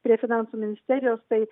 prie finansų ministerijos tai